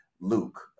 Luke